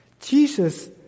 Jesus